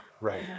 right